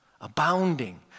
abounding